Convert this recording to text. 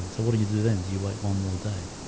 so what do you do then? do you wait one more day?